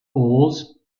oars